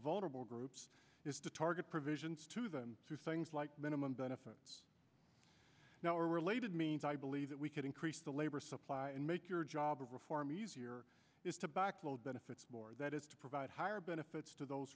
vulnerable groups is to target provisions to them through things like minimum benefit now are related means i believe that we could increase the labor supply and make your job of reform easier to backload benefits or that is to provide higher benefits to those